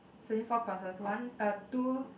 it's only four crosses one uh two